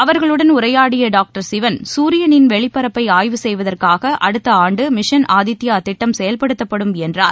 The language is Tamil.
அவர்களுடன் உரையாடிய டாக்டர் சிவன் சூரியனின் வெளிப்பரப்பை ஆய்வு செய்வதற்காக அடுத்த அஆண்டு மிஷன் ஆதித்யா திட்டம் செயல்படுத்தப்படும் என்றார்